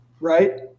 right